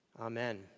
Amen